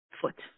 foot